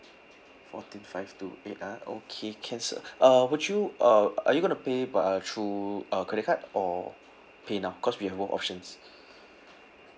fourteen five two eight ah okay can sir uh would you uh are you going to pay by uh through uh credit card or paynow cause we have both options